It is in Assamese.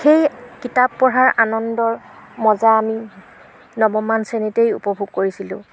সেই কিতাপ পঢ়াৰ আনন্দৰ মজা আমি নৱমমান শ্ৰেণীতেই উপভোগ কৰিছিলোঁ